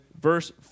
verse